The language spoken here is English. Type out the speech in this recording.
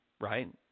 right